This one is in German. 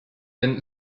denn